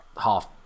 half